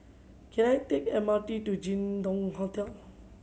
can I take M R T to Jin Dong Hotel